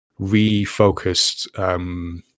refocused